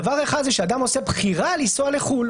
דבר אחד זה שאדם עושה בחירה לנסוע לחו"ל.